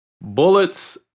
bullets